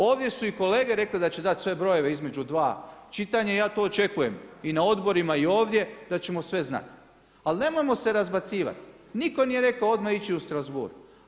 Ovdje su i kolege rekle da će dati sve brojeve između dva čitanja, ja to očekujem i na odborima i ovdje, da ćemo sve znati, ali nemojmo se razbacivati, nitko nije rekao odmah ići u Strasbourg.